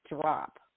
drop